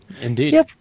Indeed